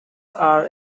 are